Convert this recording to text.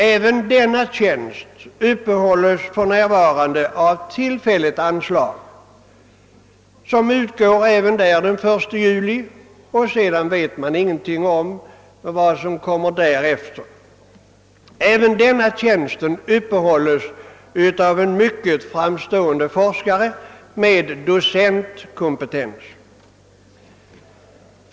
Även för denna tjänst utgår för närvarande ett tillfälligt anslag fram till den 1 juli. Vad som sedan kommer att ske vet man ingenting om. Också i detta fall rör det sig om en mycket framstående forskare med docentkompetens.